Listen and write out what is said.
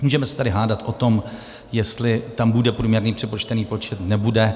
Můžeme se tady hádat o tom, jestli tam bude průměrný přepočtený počet, nebude.